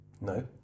No